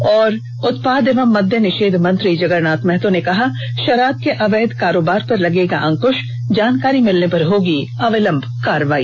और उत्पाद एवं मद्य निषेध मंत्री जगरनाथ महतो ने कहा शराब के अवैध करोबार पर लगेगा अंकुष जानकारी मिलने पर होगी अविलंब कार्रवाई